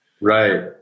Right